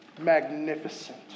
magnificent